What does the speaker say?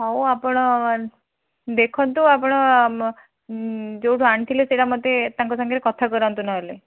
ହଉ ଆପଣ ଦେଖନ୍ତୁ ଆପଣ ଯେଉଁଠୁ ଆଣିଥିଲେ ସେଇଟା ମୋତେ ତାଙ୍କ ସାଥିରେ କଥା କରାନ୍ତୁ ନହେଲେ